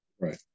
Right